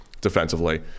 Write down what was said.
defensively